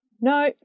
No